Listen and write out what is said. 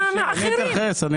מה עם העמותות האחרות?